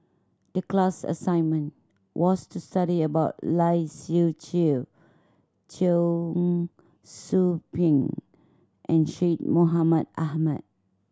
the class assignment was to study about Lai Siu Chiu Cheong Soo Pieng and Syed Mohamed Ahmed